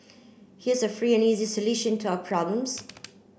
here's a free and easy solution to your problems